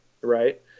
right